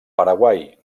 paraguai